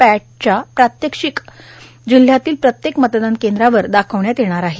पॅटची प्रात्यक्षिक जिल्हयातील प्रत्येक मतदान केंद्रावर दाखविण्यात येणार आहे